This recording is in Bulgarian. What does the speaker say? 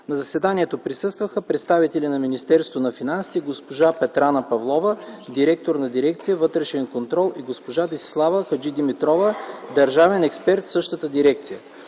На заседанието присъстваха представители на Министерството на финансите: госпожа Петрана Павлова – директор на дирекция „Вътрешен контрол”, и госпожа Десислава Хаджидимитрова – държавен експерт в дирекция